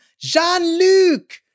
Jean-Luc